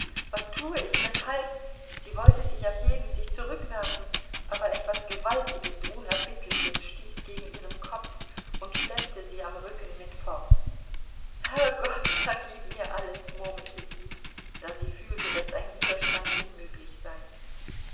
was tue ich weshalb sie wollte sich erheben sich zurückwerfen aber etwas gewaltiges unerbittliches stieß gegen ihren kopf und schleppte sie am rücken mit fort herrgott vergib mir alles murmelte sie da sie fühlte daß ein widerstand unmöglich sei